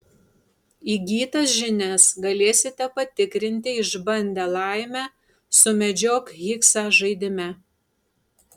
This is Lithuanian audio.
įgytas žinias galėsite patikrinti išbandę laimę sumedžiok higsą žaidime